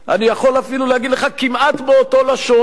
אני יכול אפילו להגיד לך, כמעט באותו לשון,